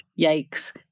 yikes